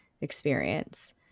experience